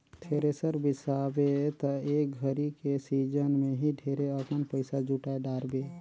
thresher बिसाबे त एक घरी के सिजन मे ही ढेरे अकन पइसा जुटाय डारबे